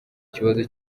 kibazo